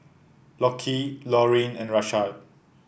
Lockie Laurine and Rashad